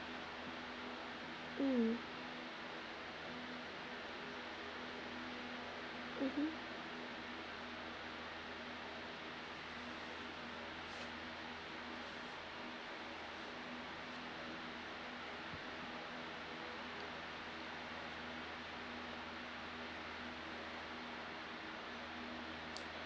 mm mmhmm